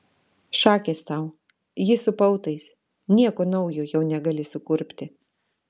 šakės tau ji su pautais nieko naujo jau negali sukurpti